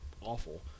awful